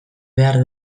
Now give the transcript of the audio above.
behar